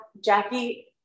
Jackie